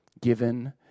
Given